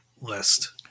list